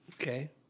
Okay